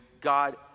God